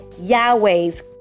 Yahweh's